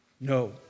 No